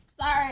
sorry